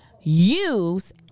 use